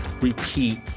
repeat